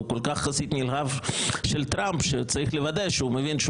הוא חסיד כל כך גדול של טראמפ שצריך לוודא שהוא מבין שהוא